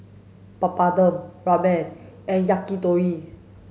Papadum Ramen and Yakitori